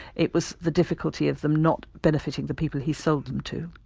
it was the difficulty of them not benefiting the people he sold them to.